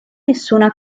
nessuna